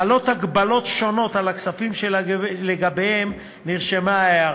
חלות הגבלות שונות על הכספים שלגביהם נרשמה ההערה,